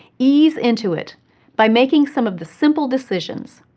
ease into it by making some of the simple decisions.